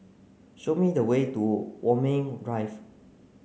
show me the way to Walmer Drive